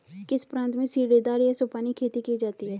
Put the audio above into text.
किस प्रांत में सीढ़ीदार या सोपानी खेती की जाती है?